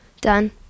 done